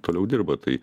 toliau dirba tai